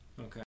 okay